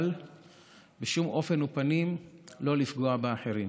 אבל בשום אופן ופנים לא לפגוע באחרים.